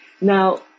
now